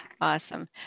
Awesome